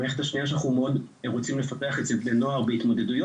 המערכת השנייה שאנחנו מאוד רוצים לפתח אצל בני הנוער בלמידת התמודדויות,